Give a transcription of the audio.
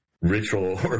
ritual